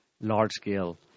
large-scale